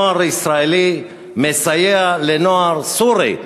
נוער ישראלי מסייע לנוער סורי,